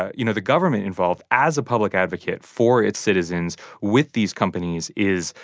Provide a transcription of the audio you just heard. you know, the government involved as a public advocate for its citizens with these companies is,